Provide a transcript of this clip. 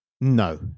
No